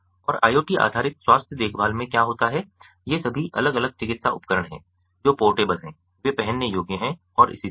और IoT आधारित स्वास्थ्य देखभाल में क्या होता है ये सभी अलग अलग चिकित्सा उपकरण हैं जो पोर्टेबल हैं वे पहनने योग्य हैं और इसी तरह